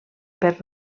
per